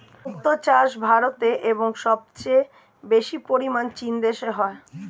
মুক্ত চাষ ভারতে এবং সবচেয়ে বেশি পরিমাণ চীন দেশে হয়